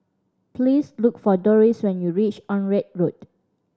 please look for Dorris when you reach Onraet Road